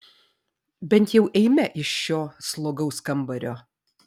bent jau eime iš šio slogaus kambario